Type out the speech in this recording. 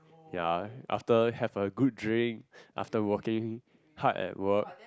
ya after have a good drink after working hard at work